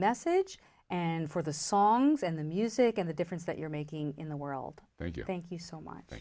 message and for the songs and the music and the difference that you're making in the world thank you thank you so much